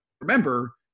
remember